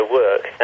work